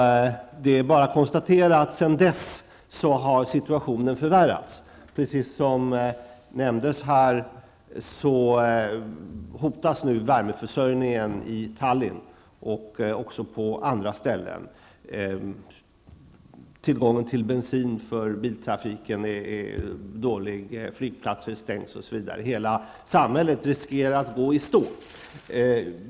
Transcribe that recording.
Och jag kan bara konstatera att situationen sedan dess har förvärrats. Precis som nämndes här hotas nu värmeförsörjningen i Tallinn och även på andra ställen. Tillgången på bensin till bilar är dålig, flygplatser stängs, osv. Hela samhället riskerar att gå i stå.